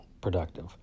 productive